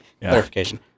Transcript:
Clarification